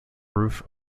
roof